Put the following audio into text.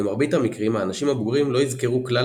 במרבית המקרים האנשים הבוגרים לא יזכרו כלל